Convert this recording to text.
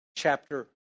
Chapter